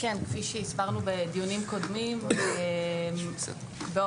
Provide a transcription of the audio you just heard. כפי שהזכרנו בדיונים קודמים, באופן